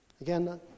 Again